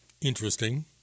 interesting